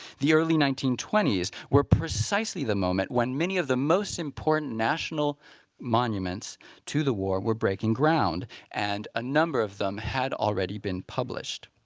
the early nineteen twenty s were precisely the moment when many of the most important national monuments to the war were breaking ground and a number of them had already been published.